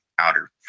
outer